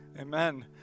Amen